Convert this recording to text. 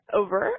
over